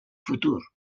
futur